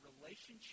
relationship